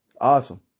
Awesome